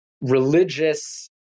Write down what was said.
religious